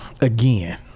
again